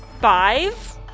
Five